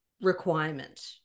requirement